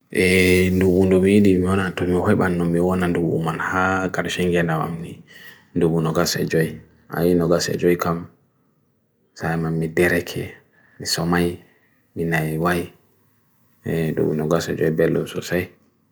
Eee, nungu nungu menee dhi mwana, tum mwohi ban nungu mwana nungu manha, kari shengena mamnee nungu nungu nga sejwee. Ae nungu nga sejwee kam. Sae mamnee dere ke, nisomai, menee wai, nungu nga sejwee bello sosai.